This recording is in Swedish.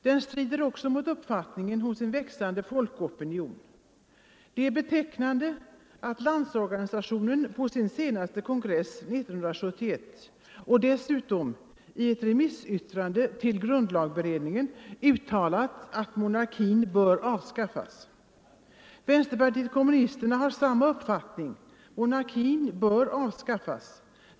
Den strider också mot uppfattningen hos en växande folkopinion. Det är betecknande att Landsorganisationen på sin senaste kongress 1971 och dessutom i ett remissyttrande till grundlagberedningen uttalat att monarkin bör avskaffas. Vänsterpartiet kommunisterna har samma uppfattning — monarkin bör avskaffas.